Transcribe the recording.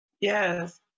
Yes